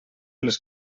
les